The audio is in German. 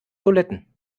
toiletten